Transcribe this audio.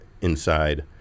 inside